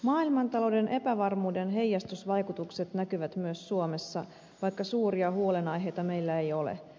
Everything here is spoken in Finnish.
maailmantalouden epävarmuuden heijastusvaikutukset näkyvät myös suomessa vaikka suuria huolenaiheita meillä ei ole